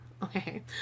Okay